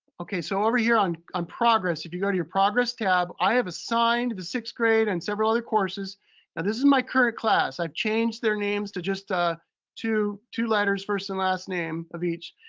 okay, so over here on on progress, if you go to your progress tab, i have assigned the sixth grade and several other courses. now and this is my current class. i've changed their names to just ah two two letters, first and last name of each,